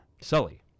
Sully